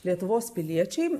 lietuvos piliečiai